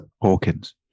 Hawkins